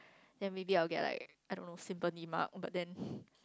then maybe I will get like I don't know symphony mark but then